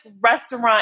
restaurant